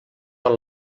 per